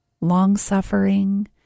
long-suffering